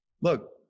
look